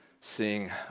seeing